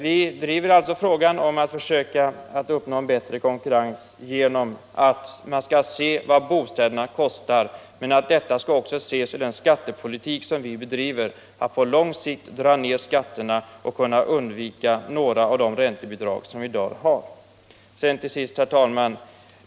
Vi driver alltså frågan om att försöka uppnå bättre konkurrens genom att man skall se vad bostäderna kostar. Men detta skall också ses i samband med den skattepolitik som vi bedriver — att på lång sikt dra ned skatterna och kunna avveckla några av de subventioner som vi nu har. Herr talman!